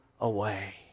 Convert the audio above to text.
away